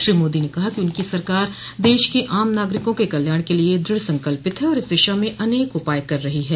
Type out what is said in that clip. श्री मोदी ने कहा कि उनकी सरकार देश के आम नागरिकों के कल्याण के लिए दृढ़संकल्पित है और इस दिशा में अनेक उपाय कर रही है